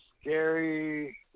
scary